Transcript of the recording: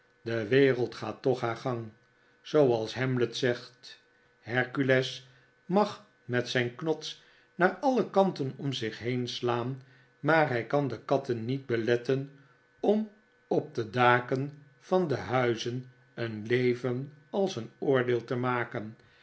de wereld gaat toch haar gang zooals hamlet zegt hercules mag met zijn knots naar alle kanten om zich heen slaan maar hij kan de katten niet beletten om op de daken van de huizen een leven als een oordeel te maken